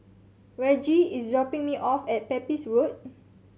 Reggie is dropping me off at Pepys Road